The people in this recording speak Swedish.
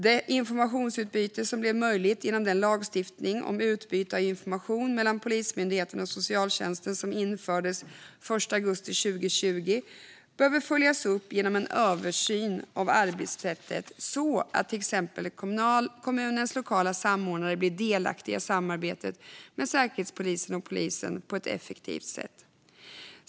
Det informationsutbyte som blev möjligt genom den lagstiftning om utbyte av information mellan Polismyndigheten och socialtjänsten som infördes den 1 augusti 2020 behöver följas upp genom en översyn av arbetssättet så att till exempel kommunens lokala samordnare blir delaktiga i samarbetet med Säkerhetspolisen och polisen på ett effektivt sätt.